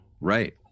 Right